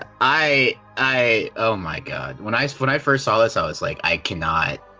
i, i. oh my god! when i when i first saw this, i was like, i cannot,